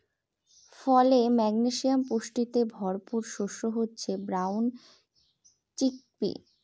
ফলে, ম্যাগনেসিয়াম পুষ্টিতে ভরপুর শস্য হচ্ছে ব্রাউন চিকপি